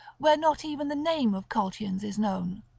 where not even the name of colchians is known!